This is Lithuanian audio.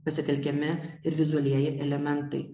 pasitelkiami ir vizualieji elementai